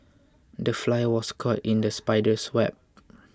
the fly was caught in the spider's web